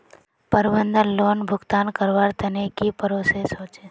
प्रबंधन लोन भुगतान करवार तने की की प्रोसेस होचे?